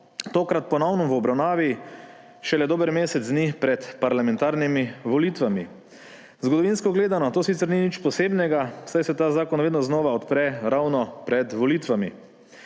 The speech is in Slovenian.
tokrat ponovno v obravnavi šele dober mesec dni pred parlamentarnimi volitvami. Zgodovinsko gledano to sicer ni nič posebnega, saj se ta zakon vedno znova odpre ravno pred volitvami.